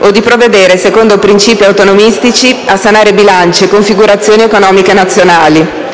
o provvedere, secondo principi autonomistici, a sanare bilanci e configurazioni economiche nazionali.